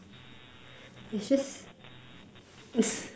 it's just